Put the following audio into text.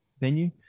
venue